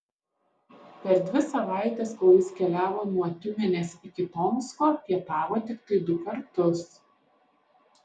per dvi savaites kol jis keliavo nuo tiumenės iki tomsko pietavo tiktai du kartus